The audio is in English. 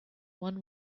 one